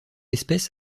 espèce